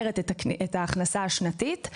את ההכנסה השנתית בצורה ניכרת.